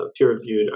peer-reviewed